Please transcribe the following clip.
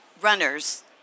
runners